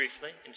briefly